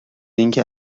اینکه